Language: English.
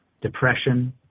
depression